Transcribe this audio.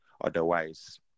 Otherwise